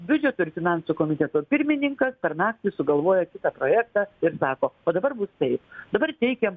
biudžeto ir finansų komiteto pirmininkas per naktį sugalvoja kitą projektą ir sako o dabar bus taip dabar teikia